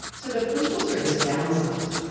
so the postal service downsized.